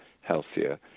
healthier